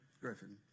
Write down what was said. Griffin